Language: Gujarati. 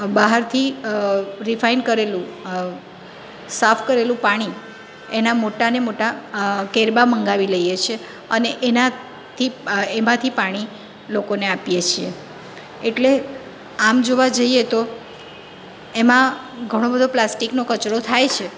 બહારથી રિફાઇન કરેલું સાફ કરેલું પાણી એના મોટા ને મોટા કેરબા મંગાવી લઈએ છે અને એનાથી એમાંથી પાણી લોકોને આપીએ છીએ એટલે આમ જોવા જઈએ તો એમાં ઘણો બધો પ્લાસ્ટિકનો કચરો થાય છે